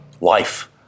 Life